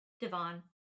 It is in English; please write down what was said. Devon